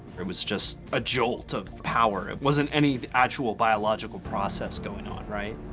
it was just a jolt of power, it wasn't any actual biological process going on, right?